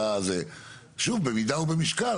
שוב במידה ובמשקל.